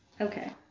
Okay